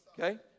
okay